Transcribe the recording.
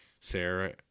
Sarah